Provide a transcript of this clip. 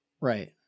Right